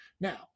now